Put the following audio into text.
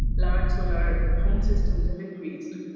large solar home systems have increased.